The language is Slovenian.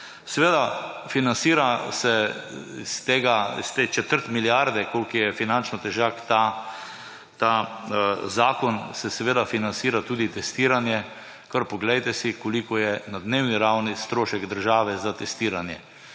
Seveda financira se iz te četrt milijarde, kolikor je finančno težak ta zakon, se seveda financira tudi testiranje. Kar poglejte si, koliko je na dnevni ravni strošek države za testiranje.